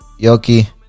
Yoki